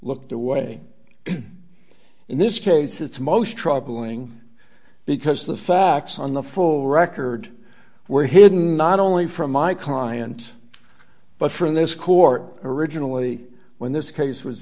looked away in this case it's most troubling because the facts on the full record were hidden not only from my client but from this court originally when this case was